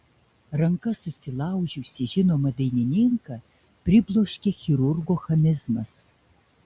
rankas susilaužiusį žinomą dainininką pribloškė chirurgo chamizmas